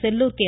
Sellur K